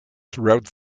throughout